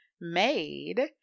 made